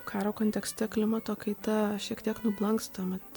karo kontekste klimato kaita šiek tiek nublanksta mat